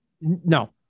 no